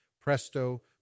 Presto